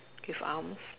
with arms